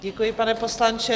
Děkuji, pane poslanče.